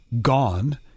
gone